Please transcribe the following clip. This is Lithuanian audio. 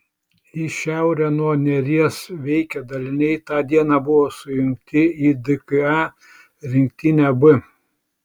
į šiaurę nuo neries veikę daliniai tą dieną buvo sujungti į dka rinktinę b